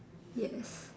yes